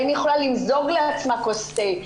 האם היא יכולה למזוג לעצמה כוס תה,